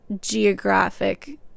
geographic